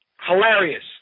Hilarious